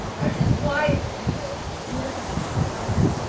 um where's his wife? matt his wife is over here. ah